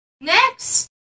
next